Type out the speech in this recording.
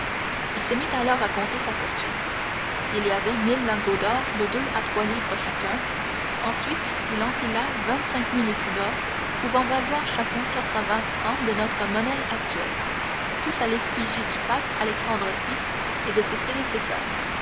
il se mit alors à compter sa fortune il y avait mille lingots d'or de deux à trois livres chacun ensuite il empila vingt-cinq mille écus d'or pouvant valoir chacun quatre-vingts francs de notre monnaie actuelle tous à l'effigie du pape alexandre vi et de ses prédécesseurs